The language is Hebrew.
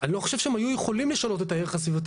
אני לא חושב שהם היו יכולים לשנות את הערך הסביבתי.